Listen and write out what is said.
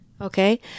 Okay